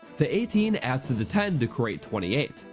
the eighteen adds to the ten to create twenty eight,